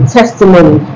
testimony